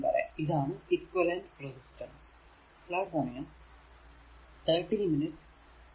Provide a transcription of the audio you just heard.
ഇതാണ് equivalent resistance equivalent resistance